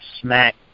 smack